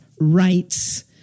Rights